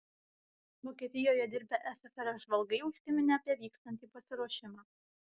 vokietijoje dirbę ssrs žvalgai užsiminė apie vykstantį pasiruošimą